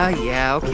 ah yeah, ok.